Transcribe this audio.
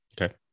okay